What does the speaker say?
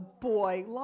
boy